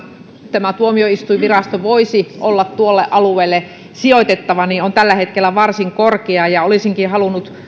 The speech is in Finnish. tämä tuomioistuinvirasto voisi olla tuolle alueelle sijoitettava on tällä hetkellä varsin korkea olisin myös halunnut